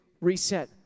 reset